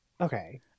Okay